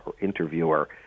interviewer